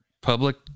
public